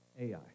Ai